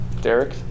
Derek